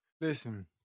Listen